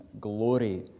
glory